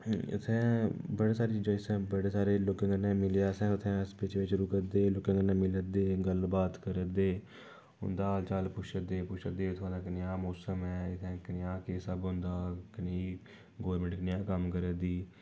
उत्थें बड़े सारियां चीजां उत्थे बड़े सारे लोकें कन्नै मिले असें अस पिच्छें पिच्छें रुकारदे हे लोकें कन्नै मिला'रदे ऐ गल्लबात करा'रदे ऐ उं'दा हाल चाल पुच्छा'रदे ऐ पुच्छा'रदे ऐ उत्थुआं दा कनेहा मौसम ऐ इत्थे कनेहा केह् सब होंदा कनेही गौरमेंट कनेहा कम्म करा'रदी